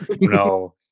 No